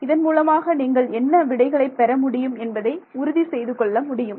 இதன் மூலமாக நீங்கள் என்ன விடைகளை பெற முடியும் என்பதை உறுதி செய்து கொள்ள முடியும்